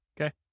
Okay